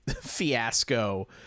fiasco